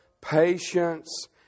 patience